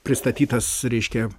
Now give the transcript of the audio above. pristatytas reiškia